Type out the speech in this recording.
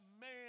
man